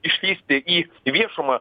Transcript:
išlįsti į viešumą